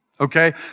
Okay